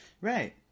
Right